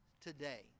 today